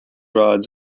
rods